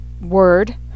word